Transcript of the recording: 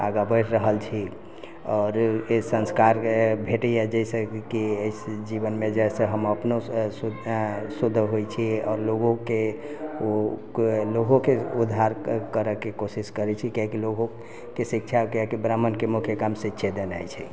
आगा बढ़ि रहल छी आओर अइ संस्कारके भेटैए जैसँ कि अइ जीवनमे जैसे हम अपनो शुद्ध होइ छी आओर लोगोके ओ लोगोके उद्धार कऽ करऽके कोशिश करै छै किएक कि लोगोके शिक्षा किएक कि ब्राह्मणके मुख्य काम शिक्षे देनाइ छै